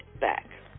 back